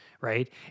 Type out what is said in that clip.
right